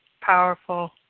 powerful